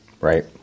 Right